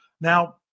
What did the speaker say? Now